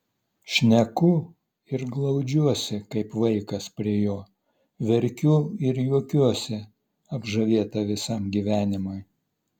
šneku ir glaudžiuosi kaip vaikas prie jo verkiu ir juokiuosi apžavėta visam gyvenimui